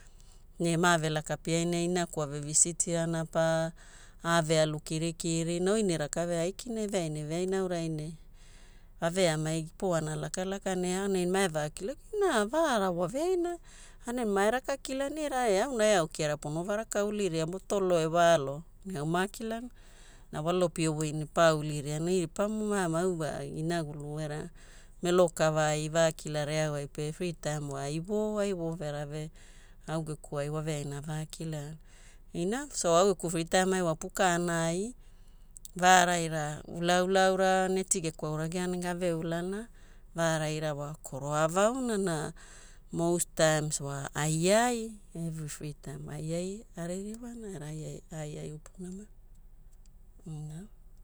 Moni geaone ne gaukana wa. Era vanuga pe wa eau ai uniform eau akala, kipo waveainea garuga piaina ne gema gaulaulana wa. Poro kara e neti kaara kaara geveapirana era vanugai wa wara ulaula ge ulagirana gaulagirana aura wa volleyball era no leisure time maparara wa kipomo waamapara kianai aao ne neti akwauragea poro aagiana awawa. Aurai ne au gku maki free time ai api voovoona no ewaguna no matherhood kavarai pe inagulu no voovagi wa free time wa taimura kopuramo. Vaara raa kelokelo wara ne koroauli kiara ne mako ali mau mapikapika ne kula ai aonai ne inagulu wagira lavilaviaira waeau kmukimura kia mae kala. Era wa au maauku gereaku aaluna ne waeau waveaina avaveovoane, au nauku rakaveaina pana organise ra wa veaira, au wa gree time kia ma apiana. But no management magugulura wa no auramo ama apiana kwalana au arawaku no ekala lewalekwana veaira no akoo venirana waila ne au no ie lakapiai skuli wa ne negawa au free time aikina oe oe oe ne waila waila waila ne nega. Auna free time eve full time na wa kwalana waila ma eaurana wa. Ne au ana lakapiai anave lakalaka maki maina veleana vaara wa no ripamu stress pa rakau negeina.